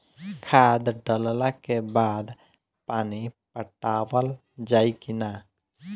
खाद डलला के बाद पानी पाटावाल जाई कि न?